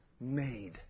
made